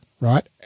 right